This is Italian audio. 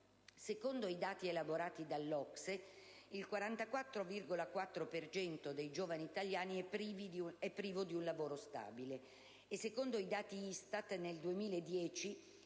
Secondo i dati elaborati dall'OCSE, il 44,4 per cento dei giovani italiani è privo di un lavoro stabile; secondo i dati ISTAT, nel 2010,